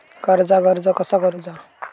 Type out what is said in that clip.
कर्जाक अर्ज कसा करुचा?